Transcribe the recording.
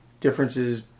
differences